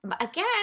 again